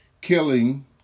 killing